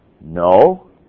no